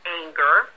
anger